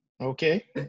Okay